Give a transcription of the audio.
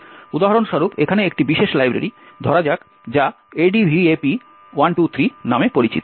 উদাহরণস্বরূপ এখানে একটি বিশেষ লাইব্রেরি ধরা যাক যা ADVAP123 নামে পরিচিত